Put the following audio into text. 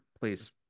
please